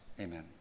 Amen